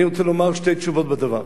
אני רוצה לומר שתי תשובות לדבר: